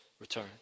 return